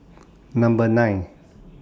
Number nine